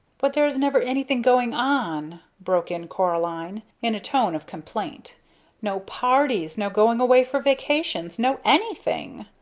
but there is never anything going on, broke in coraline, in a tone of complaint no parties, no going away for vacations, no anything.